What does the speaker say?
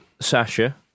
Sasha